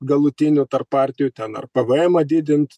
galutinių tarp partijų ten ar pvmą didint